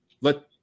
let